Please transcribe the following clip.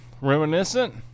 reminiscent